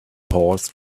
paused